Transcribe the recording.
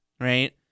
right